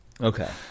Okay